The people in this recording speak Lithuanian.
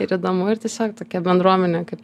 ir įdomu ir tiesiog tokia bendruomenė kaip